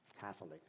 Catholic